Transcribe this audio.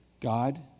God